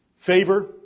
favor